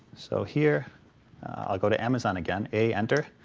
so here i'll go to amazon again, a enter,